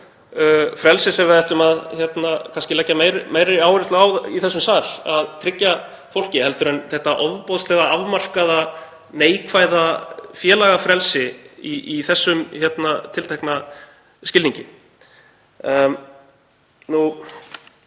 frelsi sem við ættum að leggja meiri áherslu á í þessum sal að tryggja fólki en þetta ofboðslega afmarkaða neikvæða félagafrelsi í þessum tiltekna skilningi.